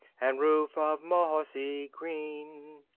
and roof of mos-sy green